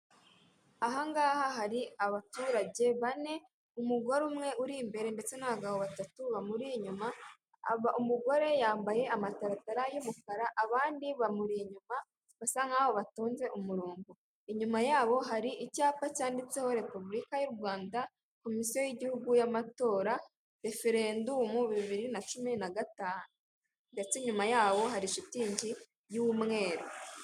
Ahangaha hari abaturage bane umugore umwe uri imbere ndetse n'abagabo batatu bamuri inyuma, umugore yambaye amataratara y'umukara abandi bamuri inyuma basa nk'aho batonze umurongo, inyuma yabo hari icyapa cyanditseho repubulika y' u Rwanda komisiyo y'igihugu y'amatora referendumu bibiri na cumi na gatanu ndetse inyuma yabo hari shitingi y'umweru.